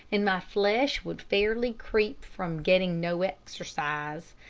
and my flesh would fairly creep from getting no exercise.